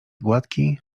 gładki